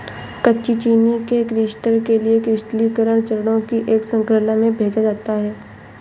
कच्ची चीनी के क्रिस्टल के लिए क्रिस्टलीकरण चरणों की एक श्रृंखला में भेजा जाता है